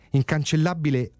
incancellabile